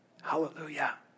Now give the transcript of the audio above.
Hallelujah